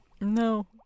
No